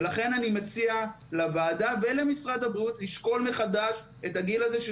ולכן אני מציע לוועדה ולמשרד הבריאות לשקול מחדש את הגיל הזה של